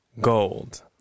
Gold